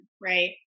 right